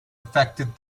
affected